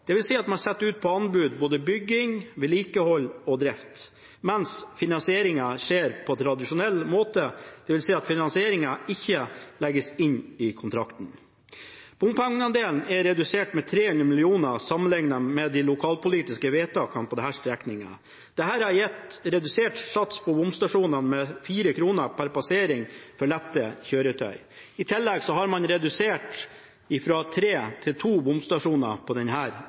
at man setter ut på anbud både bygging, vedlikehold og drift, mens finansieringen skjer på tradisjonell måte, dvs. at finansieringen ikke legges inn i kontrakten. Bompengeandelen er redusert med 300 mill. kr sammenlignet med de lokalpolitiske vedtakene for denne strekningen. Dette har gitt en redusert sats på bomstasjonene med 4 kr per passering for lette kjøretøy. I tillegg har man redusert fra tre til to bomstasjoner på